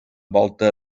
volta